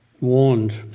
warned